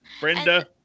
Brenda